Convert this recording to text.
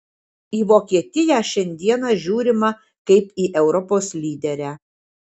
į vokietiją šiandieną žiūrima kaip į europos lyderę